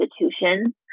institutions